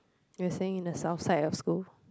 you're staying in the south side of school